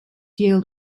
yield